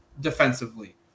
defensively